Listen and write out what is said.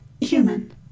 human